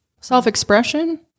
self-expression